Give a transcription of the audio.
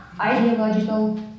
ideological